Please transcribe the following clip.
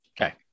Okay